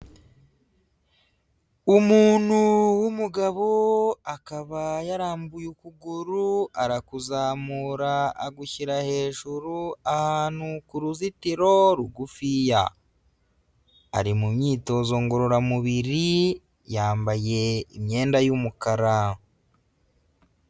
Umuntu w'umugabo akaba yarambuye ukuguru arakuzamura agushyira hejuru ahantu ku ruzitiro rugufiya, ari mu myitozo ngororamubiri yambaye imyenda y'umukara.